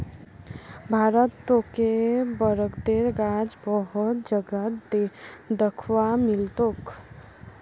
भारतत तोके बरगदेर गाछ बहुत जगहत दख्वा मिल तोक